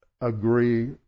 agree